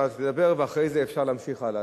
אתה תדבר ואחרי זה אפשר להמשיך הלאה.